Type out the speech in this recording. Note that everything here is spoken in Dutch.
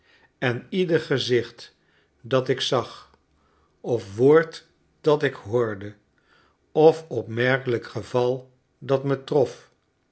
en ieder gezicht dat ik zag of woord dat ik hoorde of opmerkelijk geval dat me trof